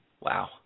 Wow